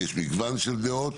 ויש מגוון של דעות.